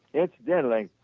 incidentally